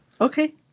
Okay